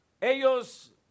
ellos